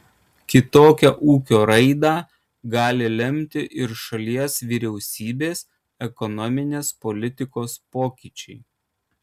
kitokią ūkio raidą gali lemti ir šalies vyriausybės ekonominės politikos pokyčiai